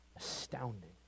Astounding